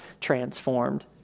transformed